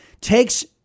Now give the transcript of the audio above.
takes